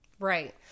Right